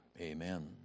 Amen